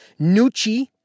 Nucci